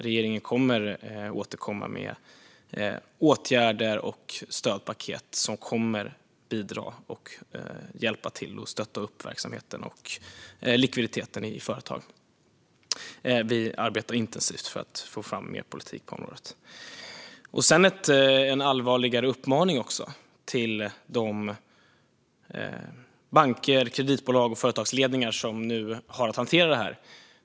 Regeringen kommer att återkomma med åtgärder och stödpaket som kommer att bidra till att hjälpa och stötta verksamheten och likviditeten i företag. Vi arbetar intensivt för att få fram mer politik på området. Sedan har jag också en allvarlig uppmaning till de banker, kreditbolag och företagsledningar som nu har att hantera detta.